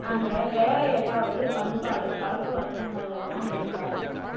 அங்கே வேறு ஏதாவது பண்பாடு பழக்க வழக்கங்கள் எல்லாம் இருக்கா